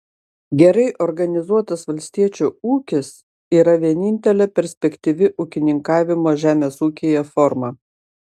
gerai organizuotas valstiečio ūkis yra vienintelė perspektyvi ūkininkavimo žemės ūkyje forma